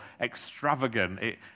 extravagant